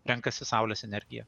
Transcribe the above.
renkasi saulės energiją